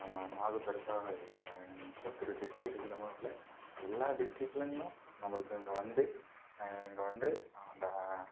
நாகூர் தர்கா முப்பத்தி ரெண்டு டிஸ்டிக்ட் இருக்கு தமிழ்நாட்டில் எல்லா டிஸ்ட்ரிக்லேருந்தும் நம்மளுக்கு இங்கே வந்து இங்கே வந்து அந்த